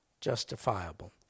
justifiable